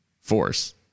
force